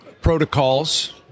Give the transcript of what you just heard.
protocols